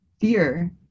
fear